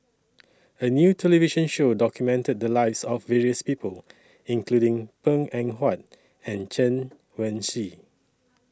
A New television Show documented The Lives of various People including Png Eng Huat and Chen Wen Hsi